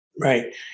Right